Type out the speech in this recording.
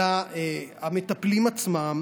אלא המטפלים עצמם